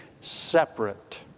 separate